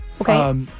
Okay